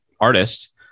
artist